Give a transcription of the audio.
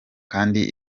kandi